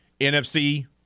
NFC